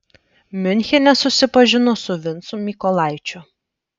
miunchene susipažino su vincu mykolaičiu